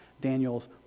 Daniel's